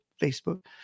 Facebook